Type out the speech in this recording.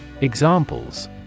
Examples